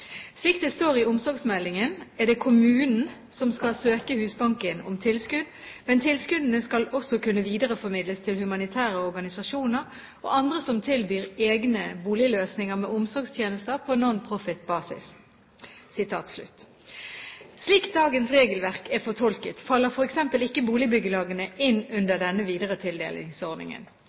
Slik det står i omsorgsmeldingen, er det «kommunen som skal søke Husbanken om tilskudd, men tilskuddene skal også kunne videreformidles til humanitære organisasjoner og andre som tilbyr egne boligløsninger med omsorgstjenester på non-profit-basis». Slik dagens regelverk er fortolket, faller f.eks. ikke boligbyggelagene innunder denne